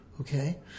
Okay